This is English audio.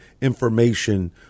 information